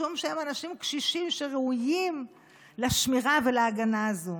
משום שהם אנשים קשישים שראויים לשמירה ולהגנה הזו.